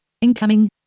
Incoming